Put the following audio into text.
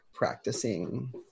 practicing